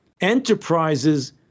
enterprises